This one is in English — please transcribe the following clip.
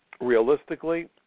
Realistically